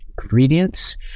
ingredients